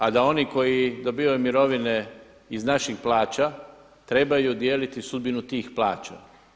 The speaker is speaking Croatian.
A da oni koji dobivaju mirovine iz naših plaća, trebaju dijeliti sudbinu tih plaća.